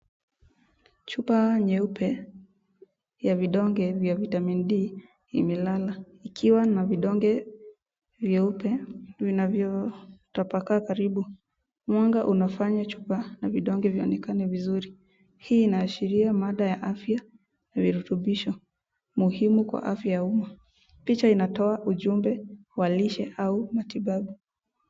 Chupa nyeupe ya vidonge vya vitamin D imelala ikiwa na vidonge vyeupe vilivyotapakaa karibu. Mwanga unafanya chupa na vidonge vionekane vizuri. Hii inaashiria mada ya afya na virutumbisho munimu kwa afya ya umma. Picha inatoa ujumbe wa lishe au matibabu.